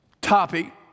topic